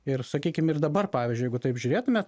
ir sakykim ir dabar pavyzdžiui jeigu taip žiūrėtume